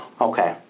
Okay